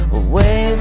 away